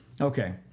okay